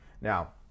Now